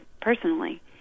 personally